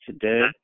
today